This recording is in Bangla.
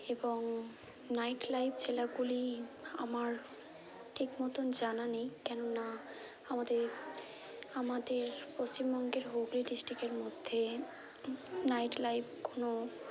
এবং নাইট লাইফ জেলাগুলি আমার ঠিকমতন জানা নেই কেননা আমাদের আমাদের পশ্চিমবঙ্গের হুগলি ডিসট্রিক্টের মধ্যে নাইট লাইফ কোনো